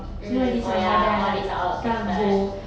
mm oh ya all these are all affected